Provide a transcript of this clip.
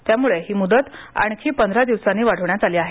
त्यामुळे ही मुदत आणखी पंधरा दिवसांनीवाढविण्यात आली आहे